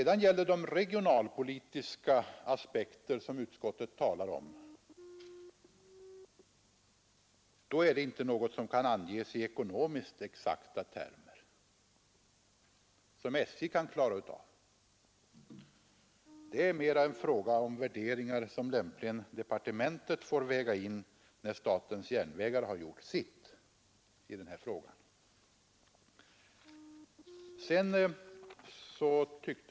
De regionalpolitiska aspekter som utskottet också talar om är inte något som kan anges i ekonomiskt exakta termer och som SJ kan klara av. Det är mera en fråga om värderingar, som lämpligen departementet får väga in när statens järnvägar har gjort sitt i det här sammanhanget.